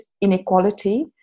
inequality